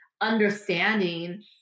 understanding